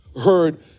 heard